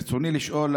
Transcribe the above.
ברצוני לשאול,